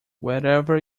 whatever